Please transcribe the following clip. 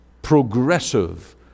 progressive